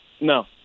no